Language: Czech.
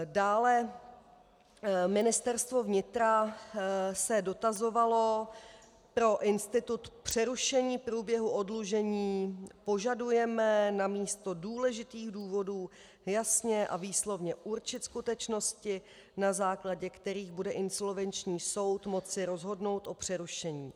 Dále se Ministerstvo vnitra dotazovalo: Pro institut přerušení průběhu oddlužení požadujeme namísto důležitých důvodů jasně a výslovně určit skutečnosti, na základě kterých bude insolvenční soud moci rozhodnout o přerušení.